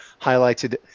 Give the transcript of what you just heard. highlighted